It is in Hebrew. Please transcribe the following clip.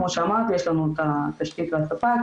כמו שאמרתי יש לנו את התשתית והספק,